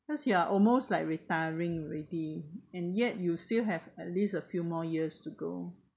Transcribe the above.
because you are almost like retiring already and yet you still have at least a few more years to go